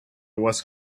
was